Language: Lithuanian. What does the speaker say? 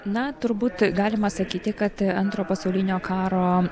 na turbūt galima sakyti kad antro pasaulinio karo